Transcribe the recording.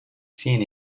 seen